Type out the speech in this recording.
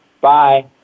Bye